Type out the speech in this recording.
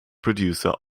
producer